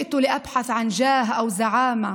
את קולכם במוקדי קבלת ההחלטות